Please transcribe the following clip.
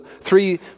three